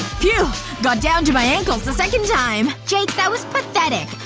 phew! got down to my ankles the second time! jake that was pathetic.